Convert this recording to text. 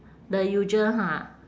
the usual ha